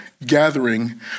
gathering